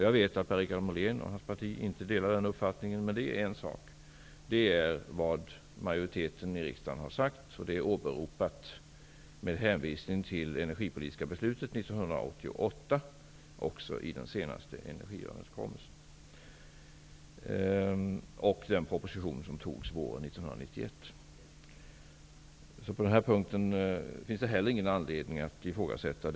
Jag vet att Per-Richard Molén och hans parti inte delar den uppfattningen, men det är en annan sak. Avveckling senast 2010 är vad majoriteten i riksdagen har sagt, och det är åberopat med hänvisning till det energipolitiska beslutet 1988 och också i den senaste energiöverenskommelsen samt i den proposition som antogs våren 1991. Inte heller på den här punkten finns det anledning till något ifrågasättande.